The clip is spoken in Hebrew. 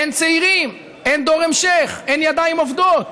אין צעירים, אין דור המשך, אין ידיים עובדות,